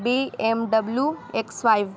B M W X five